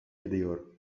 ediyor